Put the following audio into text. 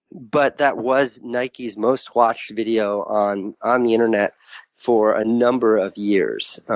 but that was nike's most watched video on on the internet for a number of years.